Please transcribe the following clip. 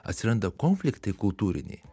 atsiranda konfliktai kultūriniai